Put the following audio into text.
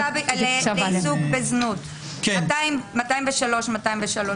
לעיסוק בזנות, סעיף 203(א).